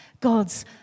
God's